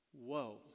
Whoa